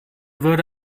würde